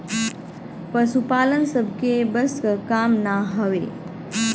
पसुपालन सबके बस क काम ना हउवे